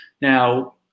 Now